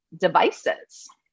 devices